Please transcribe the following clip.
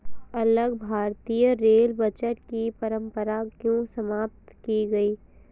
अलग भारतीय rail budget की परंपरा क्यों समाप्त की गई?